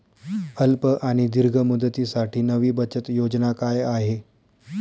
अल्प आणि दीर्घ मुदतीसाठी नवी बचत योजना काय आहे?